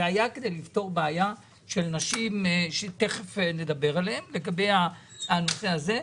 היה כדי לפתור בעיה של נשים שתכף נדבר עליהן לגבי נושא הזה.